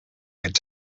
could